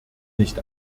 nicht